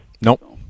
Nope